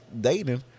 dating